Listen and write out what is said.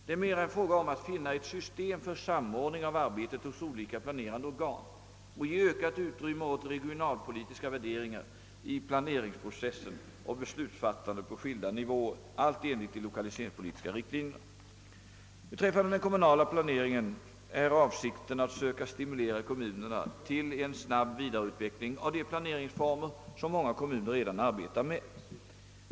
Det är mera en fråga om att finna ett system för samordning av arbetet hos olika planerande organ och ge ökat utrymme åt regionalpolitiska värderingar i planeringsprocessen och beslutsfattandet på skilda nivåer, allt enligt de lokaliseringspolitiska riktlinjerna. Beträffande den kommunala planeringen är avsikten att söka stimulera kommunerna till en snabb vidareutveckling av de planeringsformer som många kommuner redan arbetar med.